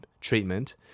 treatment